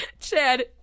Chad